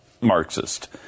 Marxist